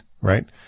right